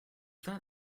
that